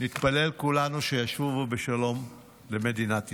נתפלל כולנו שישובו בשלום למדינת ישראל.